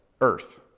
earth